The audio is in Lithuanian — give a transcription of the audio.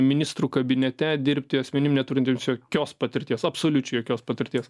ministrų kabinete dirbti asmenim neturintiems jokios patirties absoliučiai jokios patirties